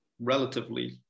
relatively